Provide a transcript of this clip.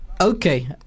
Okay